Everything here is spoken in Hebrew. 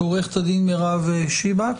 עורכת הדין מרב שיבק